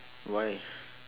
why